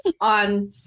on